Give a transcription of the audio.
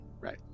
Right